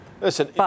Listen